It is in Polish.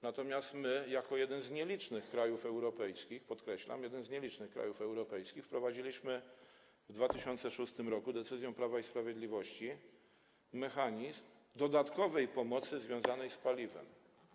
Natomiast my jako jeden z nielicznych krajów europejskich, podkreślam: jeden z nielicznych krajów europejskich wprowadziliśmy w 2006 r. decyzją Prawa i Sprawiedliwości mechanizm dodatkowej pomocy - dotyczy to paliwa.